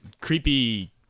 creepy